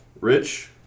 Rich